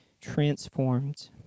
transformed